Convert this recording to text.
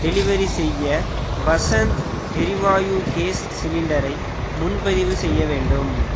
delivery செய்ய வசந்த் எரிவாயு gas சிலிண்டரை முன்பதிவு செய்ய வேண்டும்